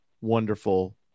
wonderful